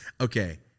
okay